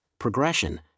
progression